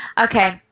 Okay